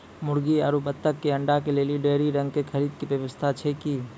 मुर्गी आरु बत्तक के अंडा के लेली डेयरी रंग के खरीद के व्यवस्था छै कि?